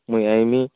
ମୁଁଇ ଆଇମି